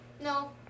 No